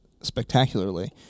spectacularly